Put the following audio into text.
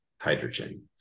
hydrogen